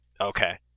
Okay